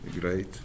Great